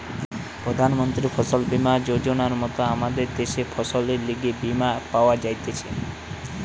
প্রধান মন্ত্রী ফসল বীমা যোজনার মত আমদের দ্যাশে ফসলের লিগে বীমা পাওয়া যাইতেছে